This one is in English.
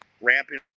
ramping